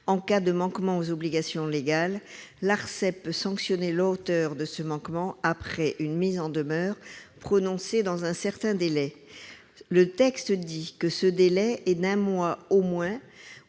en cas de manquement aux obligations légales, l'Arcep peut sanctionner l'auteur de ce manquement après une mise en demeure prononcée dans un certain délai. Le texte précise que ce délai est d'un mois ou moins,